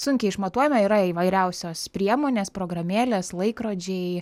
na mes sunkiai išmatuojame yra įvairiausios priemonės programėlės laikrodžiai